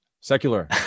secular